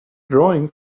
drawing